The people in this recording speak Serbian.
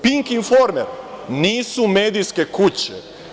Pink“ i „Informer“ nisu medijske kuće.